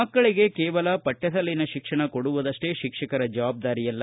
ಮಕ್ಕಳಿಗೆ ಕೇವಲ ಪಶ್ಯದಲ್ಲಿನ ಶಿಕ್ಷಣ ಕೊಡುವುದಷ್ಟೇ ಶಿಕ್ಷಕರ ಜವಾಬ್ದಾರಿಯಲ್ಲ